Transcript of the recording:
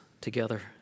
together